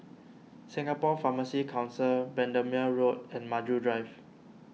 Singapore Pharmacy Council Bendemeer Road and Maju Drive